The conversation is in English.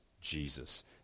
Jesus